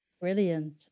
Brilliant